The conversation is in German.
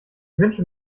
wünsche